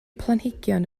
planhigion